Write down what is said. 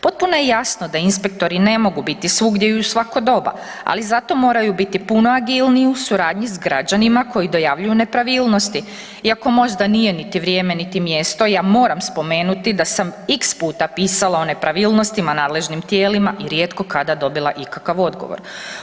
Potpuno je jasno da inspektori ne mogu biti svugdje i u svako doba ali zato moraju biti puno agilniji u suradnji sa građanima koji dojavljuju nepravilnosti iako možda nije niti vrijeme niti mjesto, ja moram spomenuti da sam x puta pisala o nepravilnostima nadležnim tijelima i rijetko kada dobila ikakav odgovor.